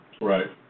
Right